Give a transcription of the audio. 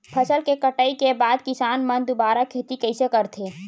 फसल के कटाई के बाद किसान मन दुबारा खेती कइसे करथे?